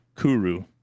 kuru